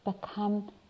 become